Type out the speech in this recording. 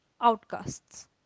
outcasts